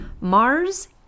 Mars